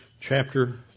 chapter